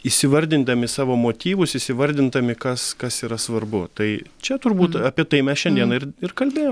įsivardindami savo motyvus įsivardindami kas kas yra svarbu tai čia turbūt apie tai mes šiandien ir ir kalbėjo